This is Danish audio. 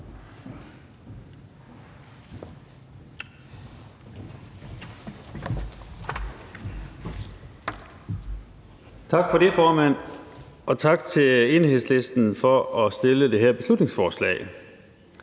Tak for det, formand, og tak til Enhedslisten for at fremsætte det her beslutningsforslag: